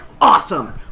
Awesome